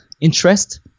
interest